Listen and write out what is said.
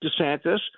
DeSantis